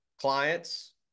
clients